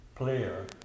Player